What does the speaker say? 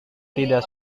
tidak